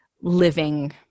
living